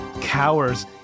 Cowers